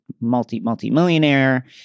multi-multi-millionaire